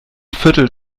viertel